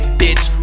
bitch